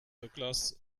douglas